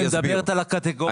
היא מדברת על הקטגוריות.